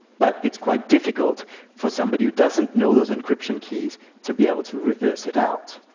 but it's quite difficult for somebody who doesn't know those encryption keys to be able to reverse it out.